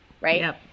Right